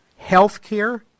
Healthcare